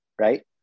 right